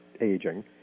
aging